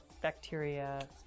bacteria